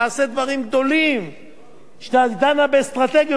שדנה באסטרטגיות, אבל שאמרו שהיא לא נוגעת באנשים.